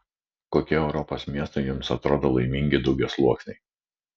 kokie europos miestai jums atrodo laimingi daugiasluoksniai